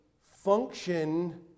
function